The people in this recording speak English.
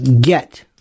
get